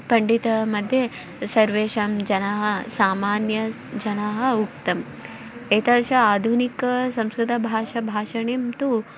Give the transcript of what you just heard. पण्डितानां मध्ये सर्वेषां जनाः सामान्यजनाः उक्तम् एतादृश आधुनिकसंस्कृतभाषाभाषणे तु